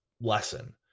lesson